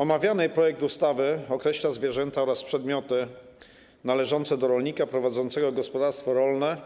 Omawiany projekt ustawy określa zwierzęta oraz przedmioty należące do rolnika prowadzącego gospodarstwo rolne,